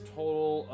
total